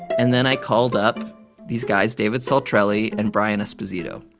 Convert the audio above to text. and then i called up these guys, david saltrelli and brian esposito